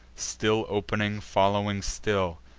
still opening, following still,